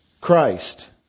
Christ